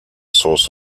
source